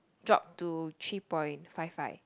drop to three point five five